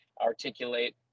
articulate